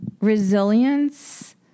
resilience